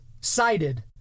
cited